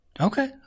Okay